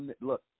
look